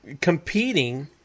competing